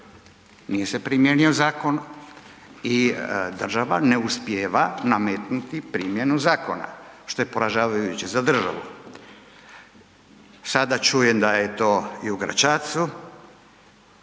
nije se primijenio zakon i država ne uspijeva nametnuti primjenu zakona, što je poražavajuće za državu. Sada čujem da je to i u Gračacu,